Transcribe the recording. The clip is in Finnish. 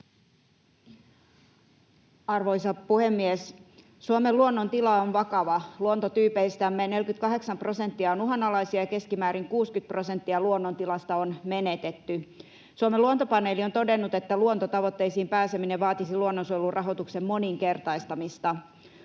Arvoisa puhemies! Suomen luonnon tila on vakava. Luontotyypeistämme 48 prosenttia on uhanalaisia, ja keskimäärin 60 prosenttia luonnontilasta on menetetty. Suomen Luontopaneeli on todennut, että luontotavoitteisiin pääseminen vaatisi luonnonsuojelurahoituksen moninkertaistamista.